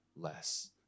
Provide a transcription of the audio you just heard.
less